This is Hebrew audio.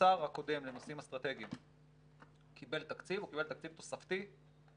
כשהשר הקודם לנושאים אסטרטגיים קיבל תקציב הוא קיבל תקציב תוספתי למשרד.